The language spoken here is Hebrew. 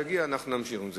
אם יגיע, נמשיך עם זה.